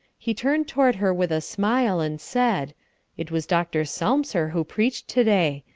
he turned toward her with a smile, and said it was dr. selmser who preached to-day.